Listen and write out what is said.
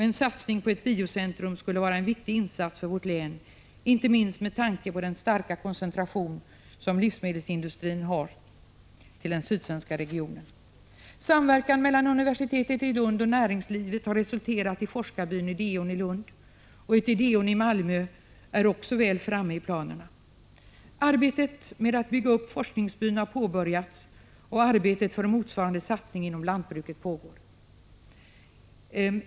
En satsning på ett biocentrum skulle således vara en viktig insats för vårt län, inte minst med tanke på den starka koncentration som livsmedelsindustrin har till den sydsvenska regionen. Samverkan mellan universitetet i Lund och näringslivet har resulterat i Prot. 1985/86:155 forskarbyn Ideon i Lund. Ett motsvarande Ideon i Malmö är också väl 29 maj 1986 framme i planerna. Arbetet med att bygga upp forskningsbyn har påbörjats, och planeringen av en motsvarande satsning inom lantbruket pågår.